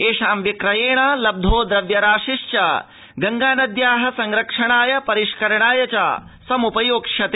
एषां विक्रयेण लब्धो द्रव्यराशिश्च गड़्गानद्या संरक्षणाय परिष्करणाय च सम्पयोक्ष्यते